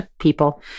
people